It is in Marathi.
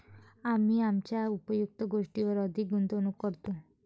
आम्ही आमच्या उपयुक्त गोष्टींवर अधिक गुंतवणूक करतो